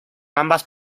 ambas